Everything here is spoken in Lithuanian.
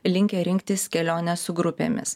linkę rinktis kelionę su grupėmis